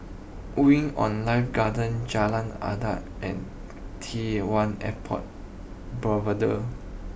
Wing on Life Garden Jalan Adat and T one Airport Boulevard